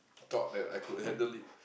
thought that I could handle it